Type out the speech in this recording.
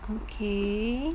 okay